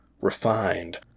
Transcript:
refined